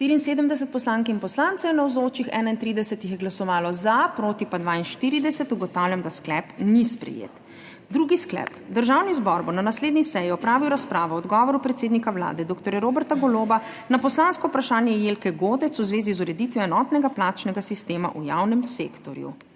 je glasovalo za, proti pa 42. (Za je glasovalo 31.) (Proti 42.) Ugotavljam, da sklep ni sprejet. Drugi sklep: Državni zbor bo na naslednji seji opravil razpravo o odgovoru predsednika Vlade dr. Roberta Goloba na poslansko vprašanje Jelke Godec v zvezi z ureditvijo enotnega plačnega sistema v javnem sektorju.